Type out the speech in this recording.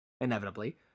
Inevitably